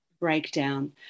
breakdown